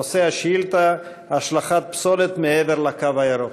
נושא השאילתה: השלכת פסולת מעבר לקו הירוק.